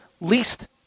least